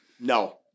No